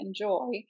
enjoy